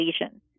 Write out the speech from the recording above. lesions